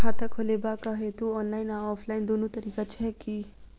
खाता खोलेबाक हेतु ऑनलाइन आ ऑफलाइन दुनू तरीका छै की?